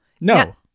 no